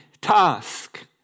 task